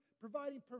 providing